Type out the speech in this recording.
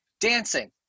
dancing